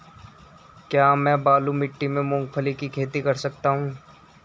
क्या मैं बालू मिट्टी में मूंगफली की खेती कर सकता हूँ?